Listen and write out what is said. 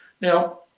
Now